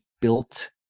built